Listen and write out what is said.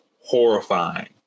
horrifying